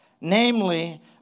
namely